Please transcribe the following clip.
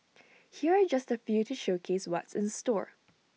here are just A few to showcase what's in store